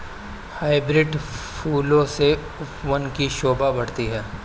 hybrid फूलों से उपवन की शोभा बढ़ती है